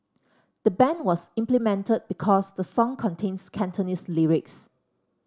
the ban was implemented because the song contains Cantonese lyrics